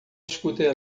scooter